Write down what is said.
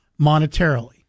monetarily